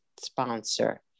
sponsor